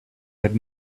had